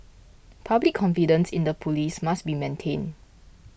public confidence in the police must be maintained